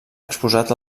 exposat